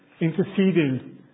interceding